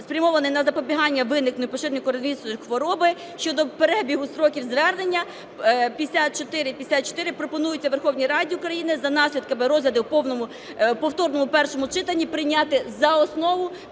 спрямований на запобігання виникненню та поширенню коронавірусної хвороби щодо перебігу строків звернення (5454) пропонується Верховній Раді України за наслідками розгляду у повторному першому читанні прийняти за основу